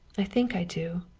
i think i do.